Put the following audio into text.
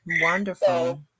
wonderful